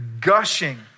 gushing